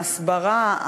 ההסברה,